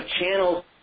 channels